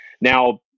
Now